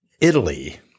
Italy